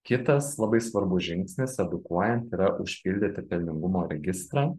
kitas labai svarbus žingsnis edukuojant yra užpildyti pelningumo registrą